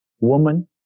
woman